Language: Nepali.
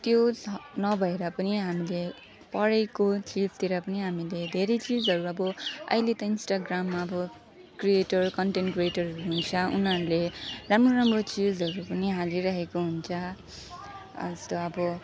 त्यो नभएर पनि हामीले पढेको चिजतिर पनि हामीले धेरै चिजहरू अब अहिले त इन्स्टाग्राममा अब क्रिएटर कन्टेन्ट क्रिएटरहरू हुन्छ उनीहरूले राम्रो राम्रो चिजहरू पनि हालिरहेको हुन्छ जस्तो अब